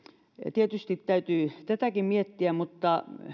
tietysti täytyy tätäkin miettiä mutta